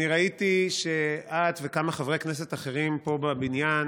אני ראיתי שאת וכמה חברי כנסת אחרים פה בבניין